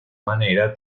manera